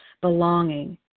belonging